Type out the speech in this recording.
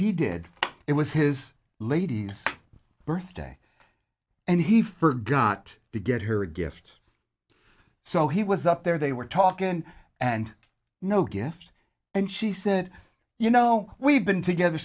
he did it was his lady's birthday and he forgot to get her a gift so he was up there they were talking and no gift and she said you know we've been together